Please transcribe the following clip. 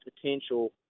potential